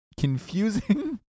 confusing